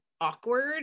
awkward